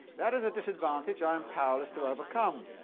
that is a disadvantage i am powerless to overcome,